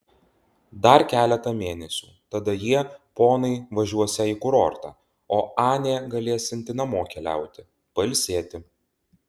dar keletą mėnesių tada jie ponai važiuosią į kurortą o anė galėsianti namo keliauti pailsėti